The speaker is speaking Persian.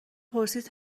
پرسید